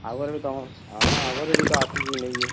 ଆଗ୍ରୁ ତମର୍ ହଁ ଆଗ୍ରୁ ବି ତ ଆସିକରି ନେଇଛେଁ